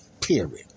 period